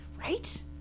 Right